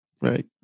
Right